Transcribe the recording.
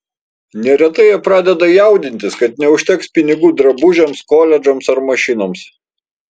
neretai jie pradeda jaudintis kad neužteks pinigų drabužiams koledžams ar mašinoms